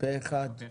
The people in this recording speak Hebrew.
פה אחד.